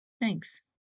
Thanks